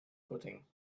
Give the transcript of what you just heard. footing